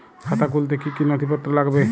খাতা খুলতে কি কি নথিপত্র লাগবে?